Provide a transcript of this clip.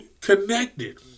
connected